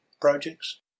projects